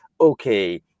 okay